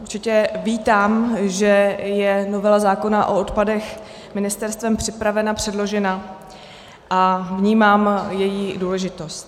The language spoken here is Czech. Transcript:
Určitě vítám, že je novela zákona o odpadech ministerstvem připravena a předložena, a vnímám její důležitost.